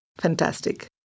Fantastic